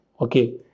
Okay